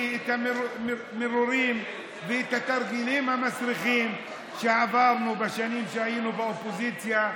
כי המרורים והתרגילים המסריחים שעברנו בשנים שהיינו באופוזיציה,